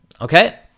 Okay